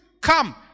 Come